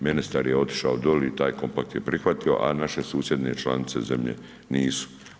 Ministar je otišao dolje i taj kompakt je prihvatio, a naše susjedne članice zemlje nisu.